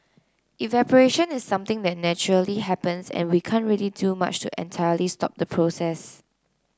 evaporation is something that naturally happens and we can't really do much to entirely stop the process